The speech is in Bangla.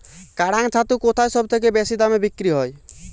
কাড়াং ছাতু কোথায় সবথেকে বেশি দামে বিক্রি হয়?